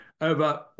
over